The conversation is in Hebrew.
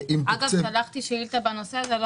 שלחתי שאילתא בנושא הזה.